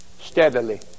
steadily